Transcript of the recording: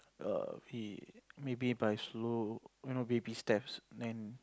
err maybe by slow you know baby steps then